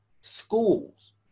schools